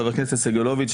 חבר הכנסת סגלוביץ'.